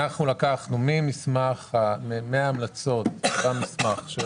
לקחנו מההמלצות, המסמך של